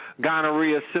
gonorrhea